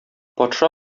патша